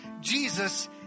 Jesus